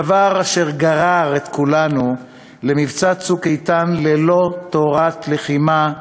דבר אשר גרר את כולנו למבצע "צוק איתן" ללא תורת לחימה,